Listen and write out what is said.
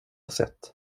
sätt